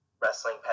wrestling